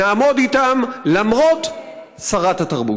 נעמוד אתם למרות צרת התרבות.